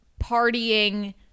partying